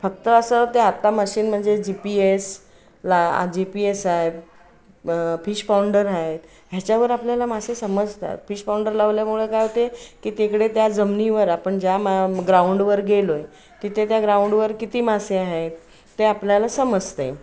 फक्त असं ते आत्ता मशीन म्हणजे जी पी एस ला जी पी एस आहे फिश पाऊंडर आहेत ह्याच्यावर आपल्याला मासे समजतात फिश पाऊंडर लावल्यामुळे काय होते की तिकडे त्या जमिनीवर आपण ज्या मा ग्राउंडवर गेलो आहे तिथे त्या ग्राउंडवर किती मासे आहेत ते आपल्याला समजते